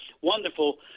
wonderful